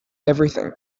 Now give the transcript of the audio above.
everything